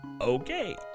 Okay